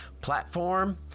platform